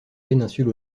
péninsule